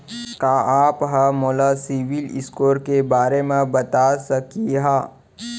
का आप हा मोला सिविल स्कोर के बारे मा बता सकिहा?